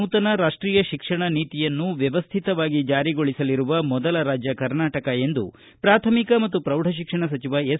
ನೂತನ ರಾಷ್ಷೀಯ ಶಿಕ್ಷಣ ನೀತಿಯನ್ನು ವ್ಯವಸ್ಥಿತವಾಗಿ ಜಾರಿಗೊಳಿಸಲಿರುವ ಮೊದಲ ರಾಜ್ಯ ಕರ್ನಾಟಕ ಎಂದು ಪ್ರಾಥಮಿಕ ಮತ್ತು ಪ್ರೌಢಶಿಕ್ಷಣ ಸಚಿವ ಎಸ್